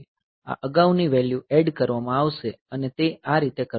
આ અગાઉની value add કરવામાં આવશે અને તે આ રીતે કરવામાં આવશે